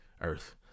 earth